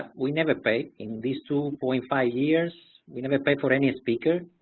we never pay in these two point five years. we never pay for any speaker,